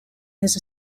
his